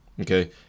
Okay